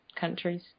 countries